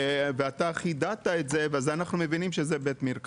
ואתה חידדת את זה אז אנחנו מבינים שזה בית מרקחת.